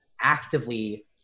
actively